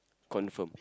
confirm